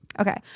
Okay